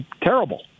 terrible